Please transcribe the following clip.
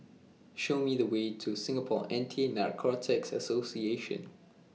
Show Me The Way to Singapore Anti Narcotics Association